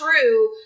true